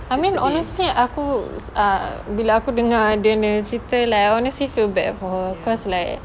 I mean honestly aku uh bila aku I honestly feel bad for her cause like